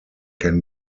can